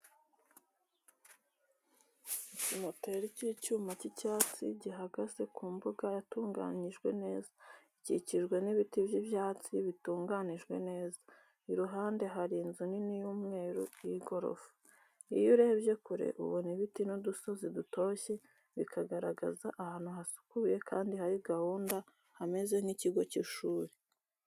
Ikimoteri cy'icyuma cy'icyatsi gihagaze ku mbuga yatunganyijwe neza, ikikijwe n'ibiti by'ibyatsi bitunganijwe neza, iruhande hari inzu nini y'umweru y'igorofa. Iyo urebye kure, ubona ibiti n'udusozi dutoshye, bikagaragaza ahantu hasukuye, kandi hari gahunda, hameze nk'ikigo cy'ishuri.